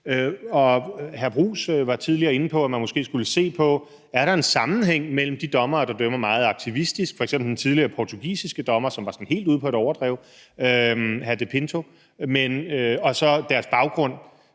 Jeppe Bruus var tidligere inde på, at man måske skulle se på, om der er en sammenhæng mellem de dommere, der dømmer meget aktivistisk, f.eks. den tidligere portugisiske dommer, som var sådan helt ude på et overdrev, hr. Pinto, og så deres baggrund.